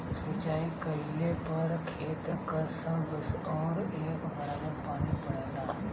सिंचाई कइले पर खेत क सब ओर एक बराबर पानी पड़ेला